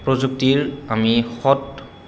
প্ৰযুক্তিৰ আমি সৎ